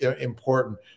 important